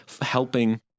helping